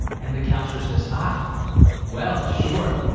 and the councilor says, ah well, sure.